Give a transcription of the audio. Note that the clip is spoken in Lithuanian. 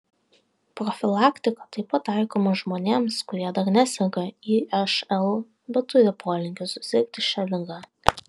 profilaktika taip pat taikoma žmonėms kurie dar neserga išl bet turi polinkį susirgti šia liga